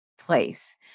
place